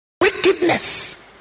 wickedness